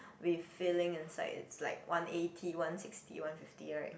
with filling inside is like one eighty one sixty one fifty right